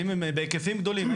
האם הם בהיקפים גדולים?